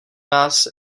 nás